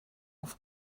auf